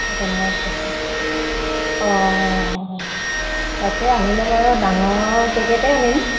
তেনেকুৱা অঁ তাকে আনিলে বাৰু ডাঙৰ পেকেটেই আনিম